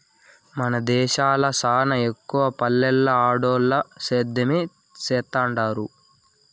మన దేశంల సానా ఎక్కవగా పల్లెల్ల ఆడోల్లు సేద్యమే సేత్తండారు